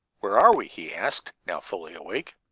where are we? he asked, now fully awake.